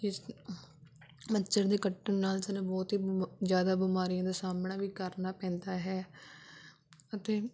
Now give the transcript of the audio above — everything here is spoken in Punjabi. ਮੱਛਰ ਦੇ ਕੱਟਣ ਨਾਲ ਸਾਨੂੰ ਬਹੁਤ ਹੀ ਬਿ ਜ਼ਿਆਦਾ ਬਿਮਾਰੀਆਂ ਦਾ ਸਾਹਮਣਾ ਵੀ ਕਰਨਾ ਪੈਂਦਾ ਹੈ ਅਤੇ